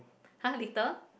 !huh! later